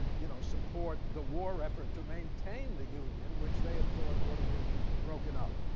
you know, support the war effort to maintain the union, which they had thought ought to be broken up.